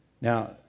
Now